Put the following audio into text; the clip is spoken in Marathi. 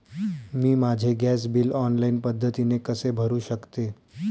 मी माझे गॅस बिल ऑनलाईन पद्धतीने कसे भरु शकते?